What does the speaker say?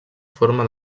forma